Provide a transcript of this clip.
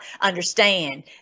understand